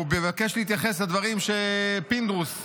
הוא ביקש להתייחס לדברים שפינדרוס אמר.